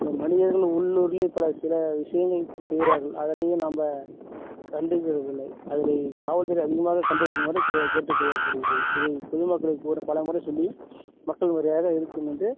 மனிதர்கள் உள்ளூர்லையும் பல சில விஷயங்கள் செய்கிறார்கள் அதிலயும் நம்ப கண்டுக்கறது இல்லை அதில் காவல்துறை அதிகமாக கண்டுபிடிக்குமாறு கே கேட்டுக் கொள்ளப்படுகிறது இதை பொதுமக்களை கூற பலமுறை சொல்லியும் மக்கள் முறையாக எதிர்த்து நின்று